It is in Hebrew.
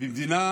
במדינה